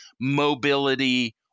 mobility